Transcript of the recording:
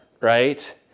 right